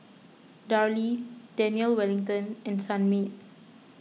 Darlie Daniel Wellington and Sunmaid